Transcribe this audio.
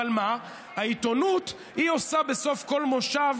אבל מה, העיתונות, היא עושה בסוף כל מושב: